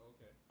Okay